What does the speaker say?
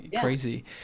crazy